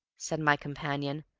said my companion.